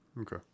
okay